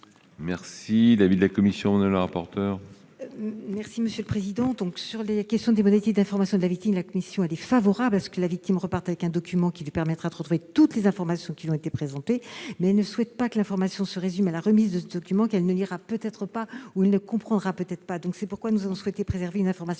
est l'avis de la commission ? Cet amendement traite des modalités d'information de la victime. La commission est favorable à ce que la victime reparte avec un document lui permettant de retrouver toutes les informations qui lui ont été présentées, mais ne souhaite pas que l'information se résume à la remise de ce document, qu'elle ne lira peut-être pas ou ne comprendra peut-être pas. C'est la raison pour laquelle nous avons souhaité préserver une information